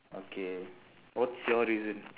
okay what's your reason